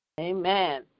Amen